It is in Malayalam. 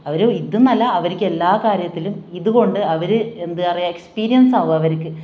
അവർ ഇതെന്നല്ല അവർക്ക് എല്ലാ കാര്യത്തിലും ഇതുകൊണ്ട് അവർ എന്താണ് പറയുക എക്സ്പീരിയൻസ് ആവും അവർക്ക്